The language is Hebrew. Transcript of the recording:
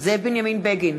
זאב בנימין בגין,